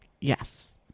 Yes